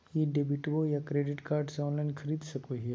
ई debit बोया credit card से online खरीद सको हिए?